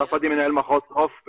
רק לפני חודש היה ב- -- רצח.